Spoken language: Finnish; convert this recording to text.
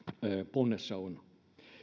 ponnessa on